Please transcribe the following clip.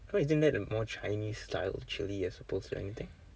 so isn't that the more chinese style chilli as opposed to anything